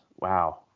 Wow